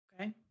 Okay